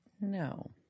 no